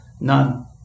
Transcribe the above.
None